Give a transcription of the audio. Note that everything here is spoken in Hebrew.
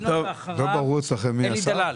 אדוני היושב-ראש